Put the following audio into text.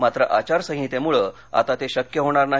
मात्र आचारसंहितेमुळे आता ते शक्य होणार नाही